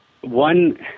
one